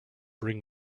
bring